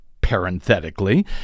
parenthetically